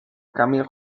camille